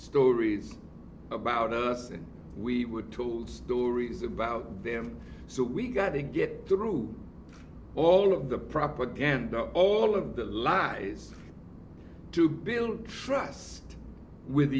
stories about us and we were told stories about them so we got to get through all of the propaganda all of the lies to build trust with